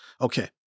Okay